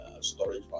storage